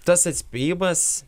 tas atspėjimas